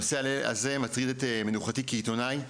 הנושא הזה מטריד את מנוחתי כעיתונאי.